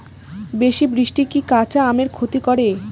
বেশি বৃষ্টি কি কাঁচা আমের ক্ষতি করে?